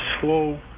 slow